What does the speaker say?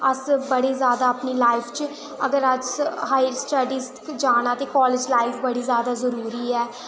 अस बड़ी ज्यादा अपनी लाईफ च अगर असें हाइर स्टडीज़ जाना ते कॉलेज लाइफ बड़ी ज्यादा जरूरी ऐ